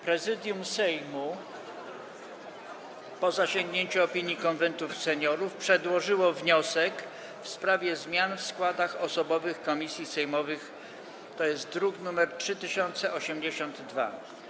Prezydium Sejmu, po zasięgnięciu opinii Konwentu Seniorów, przedłożyło wniosek w sprawie zmian w składach osobowych komisji sejmowych, druk nr 3082.